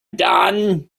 done